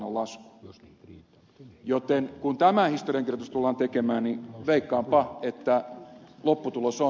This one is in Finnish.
näin ollen kun tämä historiankirjoitus tullaan tekemään niin veikkaanpa että lopputulos on